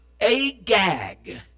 Agag